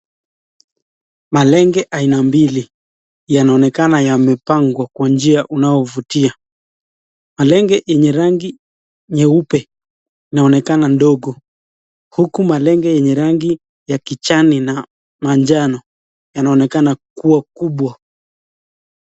Malenge aina mbili yanaonekana yamepangwa kwa njia unaovutia . Malenge yenye rangi nyeupe inaonekana ndogo huku malenge yenye rangi ya kijani na manjano yanaonekana kuwa kubwa.